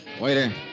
Waiter